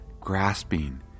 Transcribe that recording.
grasping